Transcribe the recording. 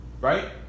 right